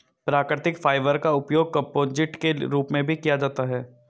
प्राकृतिक फाइबर का उपयोग कंपोजिट के रूप में भी किया जाता है